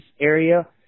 area